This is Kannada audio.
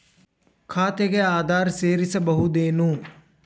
ಖಾತೆಗೆ ಆಧಾರ್ ಸೇರಿಸಬಹುದೇನೂ?